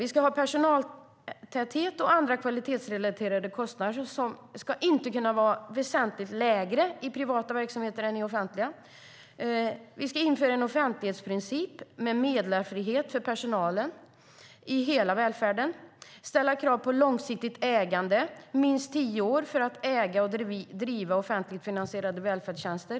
Vi ska ha personaltäthet och andra kvalitetsrelaterade kostnader som inte ska kunna vara väsentligt lägre i privata verksamheter än i offentliga. Vi ska införa en offentlighetsprincip med meddelarfrihet för personalen i hela välfärden och ställa krav på långsiktigt ägande - minst tio år för att äga och driva offentligt finansierade välfärdstjänster.